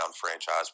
franchise